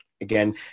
Again